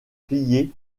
plier